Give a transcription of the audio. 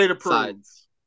sides